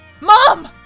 Mom